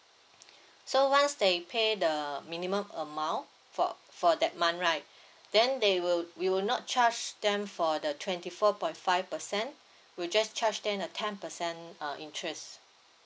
so once they pay the minimum amount for for that month right then they will we will not charge them for the twenty four point five percent we'll just charge then a ten percent uh interests